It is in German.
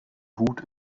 hut